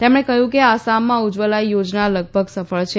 તેમણે કહ્યું કે આસામમાં ઉજ્જવલા યોજના લગભગ સફળ છે